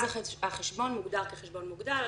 אז החשבון יוגדר כחשבון מוגבל,